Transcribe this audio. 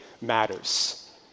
matters